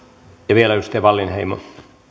ja vielä edustaja wallinheimo